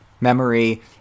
memory